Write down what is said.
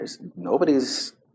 nobody's